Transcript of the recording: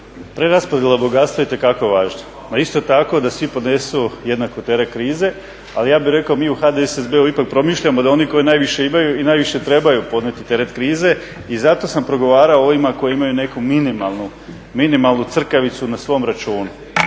preraspodjela bogatstva itekako je važna. No isto tako da svi podnesu jednako teret krize, ali ja bih rekao mi u HDSSB-u ipak promišljamo da oni koji najviše imaju i najviše trebaju podnijeti teret krize i zato sam progovarao o ovima koji imaju neku minimalnu crkavicu na svom računu.